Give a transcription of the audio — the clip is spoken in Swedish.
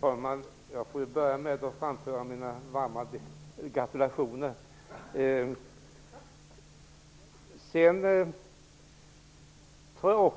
Herr talman! Jag får börja med att framföra mina varmaste gratulationer.